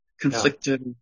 conflicted